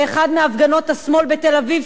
באחת מהפגנות השמאל בתל-אביב?